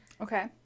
Okay